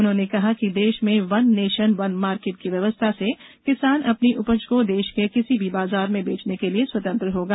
उन्होंने कहा कि देश मे वन नेशन वन मार्केट की व्यवस्था से किसान अपनी उपज को देश के किसी भी बाजार में बेचने के लिए स्वतंत्र होगा